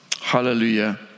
Hallelujah